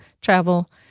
travel